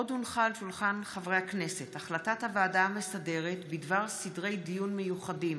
הונחה על שולחן הכנסת החלטת הוועדה המסדרת בדבר סדרי דיון מיוחדים